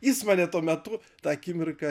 jis mane tuo metu tą akimirką